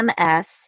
MS